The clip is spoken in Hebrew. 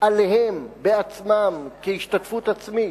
עליהם בעצמם, כהשתתפות עצמית.